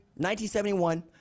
1971